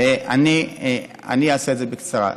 אני אעשה את זה בקצרה.